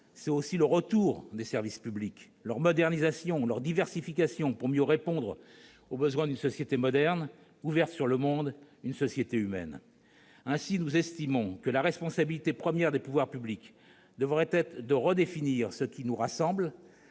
être aussi le retour des services publics, leur modernisation, leur diversification, pour mieux répondre aux besoins d'une société moderne ouverte sur le monde, d'une société humaine. Ainsi, nous estimons que la responsabilité première des pouvoirs publics devrait être de redéfinir ce qui nous rassemble